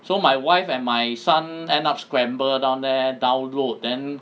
so my wife and my son and end up scramble down there download then